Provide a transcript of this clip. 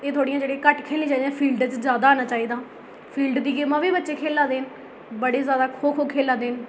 एह् थोह्ड़ियां घट्ट खेढनियां चाहिदियां फील्ड च जैदा आना चाहिदा फील्ड दी गेमां बी बच्चे खेढा दे न बड़े जैदा खो खो खेढा दे न